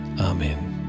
Amen